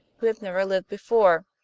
who have never lived before.